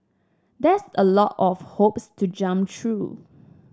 that's a lot of hoops to jump through